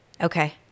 Okay